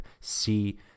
see